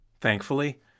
Thankfully